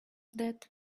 dead